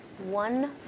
One